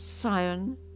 Sion